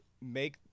Make